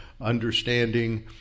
understanding